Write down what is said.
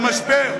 אני,